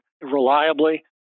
reliably